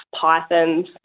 pythons